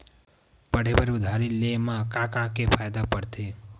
पढ़े बर उधारी ले मा का का के का पढ़ते?